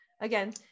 again